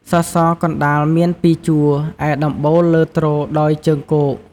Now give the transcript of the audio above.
សសរ កណ្តាលមានពីរជួរ ឯដំបូលលើទ្រដោយជើងគក។